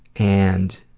and